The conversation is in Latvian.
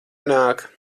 nāk